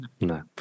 no